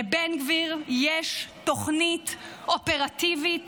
לבן גביר יש תוכנית אופרטיבית